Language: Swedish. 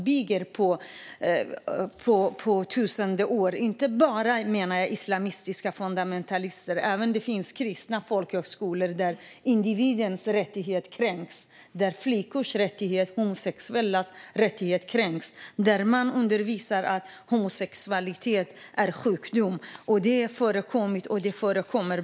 Det handlar inte bara om islamistiska fundamentalister. Det finns även kristna folkhögskolor där individens rättigheter kränks, där flickors och homosexuellas rättigheter kränks och där man undervisar att homosexualitet är en sjukdom. Det har förekommit och förekommer.